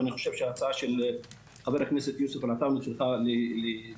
אז אני חושב שההצעה של חבר הכנסת יוסף עטאונה צריכה להתקדם